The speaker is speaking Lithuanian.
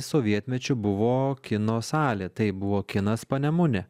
sovietmečiu buvo kino salė tai buvo kinas panemunė